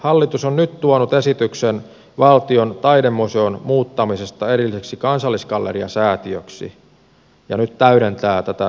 hallitus on nyt tuonut esityksen valtion taidemuseon muuttamisesta erilliseksi kansallisgalleria säätiöksi ja nyt täydentää tätä esitystä